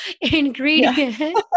Ingredient